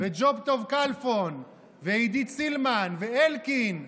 וג'וב טוב כלפון ועידית סילמן ואלקין,